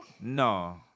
No